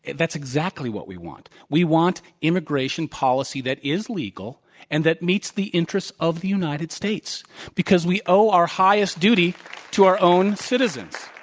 that's exactly what we want. we want immigration policy that is legal and that meets the interests of the united states because we owe our highest duty to our own citizens.